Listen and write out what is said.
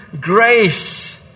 grace